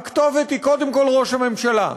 הכתובת היא קודם כול ראש הממשלה,